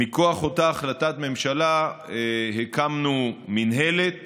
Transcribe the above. מכוח אותה החלטת ממשלה הקמנו מינהלת